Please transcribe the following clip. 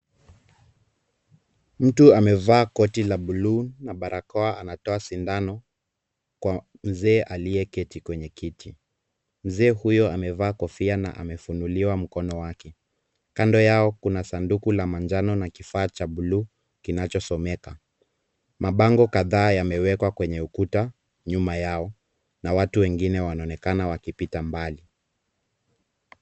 Mtu amevaa koti la blue na barakoa anatoa sindano kwa mzee aliyeketi kwenye kiti. Mzee huyo amevaa kofia na amefunuliwa mkono wake. Kando yao kuna sanduku la manjano na kifaa cha blue kinachosomeka. Mabango kadhaa yamewekwa kwenye ukuta nyuma yao na watu wengine wanaonekana wakipita mbali.